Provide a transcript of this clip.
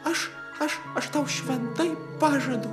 aš aš aš tau šventai pažadu